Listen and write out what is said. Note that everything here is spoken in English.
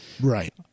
right